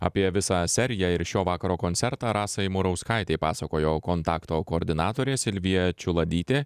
apie visą seriją ir šio vakaro koncertą rasai murauskaitei pasakojo kontakto koordinatorė silvija čiuladytė